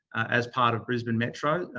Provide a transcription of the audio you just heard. as part of brisbane metro.